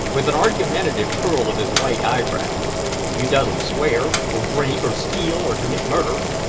with an argumentative curl of his right eyebrow you doesn't swear, or drink, or steal, or commit murder,